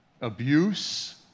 abuse